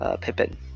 Pippin